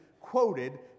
quoted